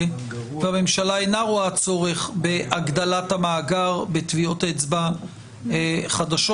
והממשלה אינה רואה צורך בהגדלת המאגר בטביעות אצבע חדשות.